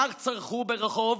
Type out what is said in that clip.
כך צרחו ברחוב,